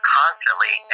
constantly